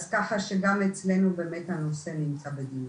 ככה שגם אצלנו באמת הנושא נמצא בדיונים.